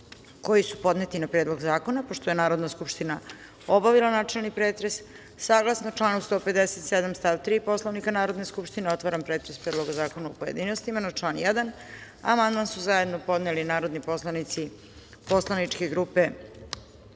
koji su podneti na Predlog zakona. Pošto je Narodna skupština obavila načelni pretres, a saglasno članu 157. stav 3. Poslovnika Narodne skupštine, otvaram pretres Predloga zakona u pojedinostima. Na član 1. amandman su zajedno podneli poslanici poslaničke grupe